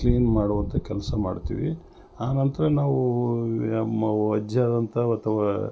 clean ಮಾಡುವಂಥ ಕೆಲಸ ಮಾಡ್ತಿವಿ ಆ ನಂತರ ನಾವೂ ಯ ಮಹಾ ವಜ್ಜೆಯಾದಂಥ ಅಥವ